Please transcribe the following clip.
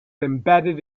embedded